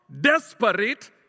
desperate